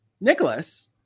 Nicholas